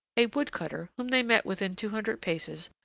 a wood-cutter, whom they met within two hundred paces,